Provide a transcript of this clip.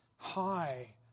high